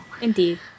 indeed